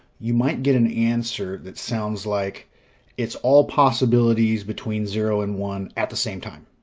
you might get an answer that sounds like it's all possibilities between zero and one at the same time,